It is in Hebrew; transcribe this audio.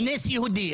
אנס יהודי,